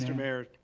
and mayor,